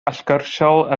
allgyrsiol